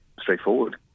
straightforward